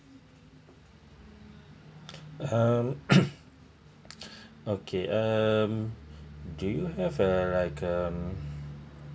um okay um do you have a like um